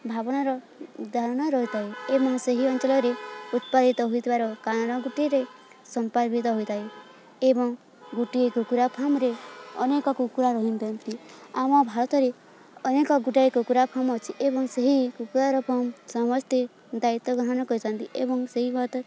ଭାବନାର ଉଦାହରଣ ରହିଥାଏ ଏବଂ ସେହି ଅଞ୍ଚଳରେ ଉତ୍ପାଦିତ ହୋଇଥିବାର କାରଣ ଗୋଟିଏରେ ସମ୍ପାର୍ବିତ ହୋଇଥାଏ ଏବଂ ଗୋଟିଏ କୁକୁଡ଼ା ଫାର୍ମରେ ଅନେକ କୁକୁଡ଼ା ରହିଥାନ୍ତି ଆମ ଭାରତରେ ଅନେକ ଗୋଟାଏ କୁକୁଡ଼ା ଫାର୍ମ ଅଛି ଏବଂ ସେହି କୁକୁଡ଼ାର ଫାର୍ମ ସମସ୍ତେ ଦାୟିତ୍ୱ ଗ୍ରହଣ କରିଥାନ୍ତି ଏବଂ ସେହି ଭାରତ